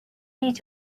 need